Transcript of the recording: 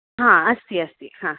हा अस्ति अस्ति हा